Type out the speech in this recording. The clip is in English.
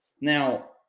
Now